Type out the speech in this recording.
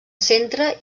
centre